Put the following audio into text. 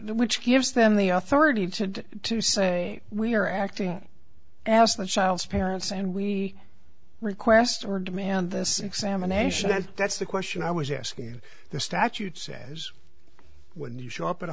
which gives them the or third you tend to say we are acting as the child's parents and we request or demand this examination and that's the question i was asking the statute says when you show up at a